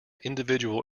individual